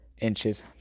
inches